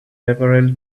several